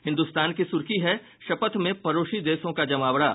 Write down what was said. हिन्दुस्तान की सुर्खी है शपथ में पड़ोसी देशों का जमावड़ा